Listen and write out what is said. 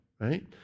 right